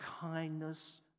kindness